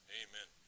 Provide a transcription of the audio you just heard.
amen